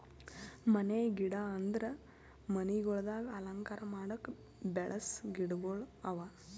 ಮನೆಯ ಗಿಡ ಅಂದುರ್ ಮನಿಗೊಳ್ದಾಗ್ ಅಲಂಕಾರ ಮಾಡುಕ್ ಬೆಳಸ ಗಿಡಗೊಳ್ ಅವಾ